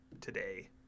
today